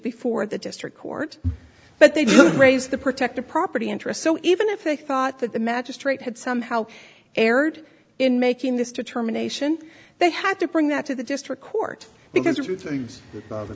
before the district court but they did raise the protect the property interest so even if they thought that the magistrate had somehow erred in making this determination they had to bring that to the district court because